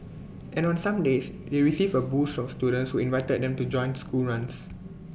and on some days they received A boost from students who invited them to join school runs